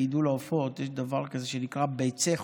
בגידול עופות יש דבר כזה שנקרא "ביצי חופש".